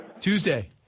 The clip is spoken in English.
Tuesday